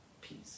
peace